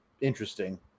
interesting